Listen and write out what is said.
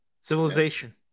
Civilization